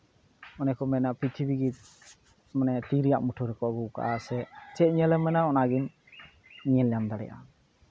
ᱚᱱᱮ ᱠᱚ ᱢᱮᱱᱟ ᱯᱨᱤᱛᱷᱤᱵᱤ ᱜᱮ ᱢᱟᱱᱮ ᱛᱤ ᱨᱮᱭᱟᱜ ᱢᱩᱴᱷᱟᱹᱱ ᱨᱮᱠᱚ ᱟᱹᱜᱩᱣᱟᱠᱟᱫᱼᱟ ᱥᱮ ᱪᱮᱫ ᱧᱮᱞᱮᱢ ᱢᱮᱱᱟ ᱚᱱᱟ ᱜᱮᱢ ᱧᱮᱞᱧᱟᱢ ᱫᱟᱲᱮᱭᱟᱜᱼᱟᱢ